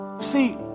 See